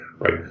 Right